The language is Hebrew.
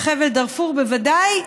וחבל דארפור בוודאי,